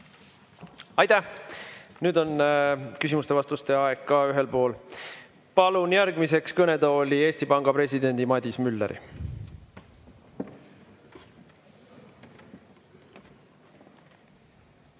Aitäh! Nüüd on küsimuste-vastuste aeg ka ühel pool. Palun järgmiseks kõnetooli Eesti Panga presidendi Madis Mülleri.